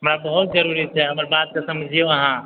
हमरा बहुत ज़रूरी छै हमर बात के समझियौ अहाँ